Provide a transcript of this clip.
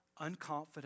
unconfident